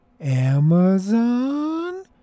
Amazon